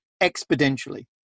exponentially